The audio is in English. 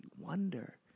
Wonder